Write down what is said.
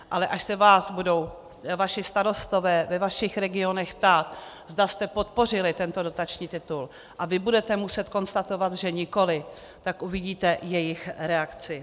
Ale až se vás budou vaši starostové ve vašich regionech ptát, zda jste podpořili tento dotační titul, a vy budete muset konstatovat, že nikoliv, uvidíte jejich reakci.